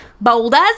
boulders